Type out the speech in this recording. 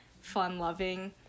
fun-loving